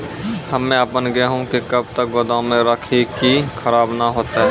हम्मे आपन गेहूँ के कब तक गोदाम मे राखी कि खराब न हते?